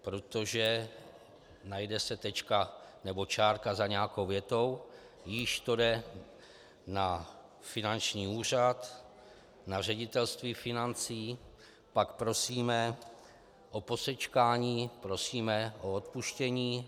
Protože najde se tečka nebo čárka za nějakou větou, již to jde na finanční úřad, na ředitelství financí, pak prosíme o posečkání, prosíme o odpuštění.